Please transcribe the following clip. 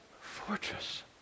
Fortress